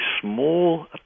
small